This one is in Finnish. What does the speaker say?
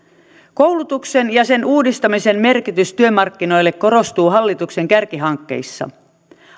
koulutuksen ja sen uudistamisen merkitys työmarkkinoille korostuu hallituksen kärkihankkeissa